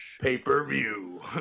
pay-per-view